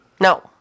No